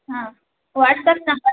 ಹಾಂ WhatsApp number